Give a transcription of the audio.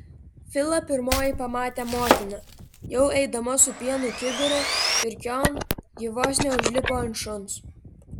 filą pirmoji pamatė motina jau eidama su pieno kibiru pirkion ji vos neužlipo ant šuns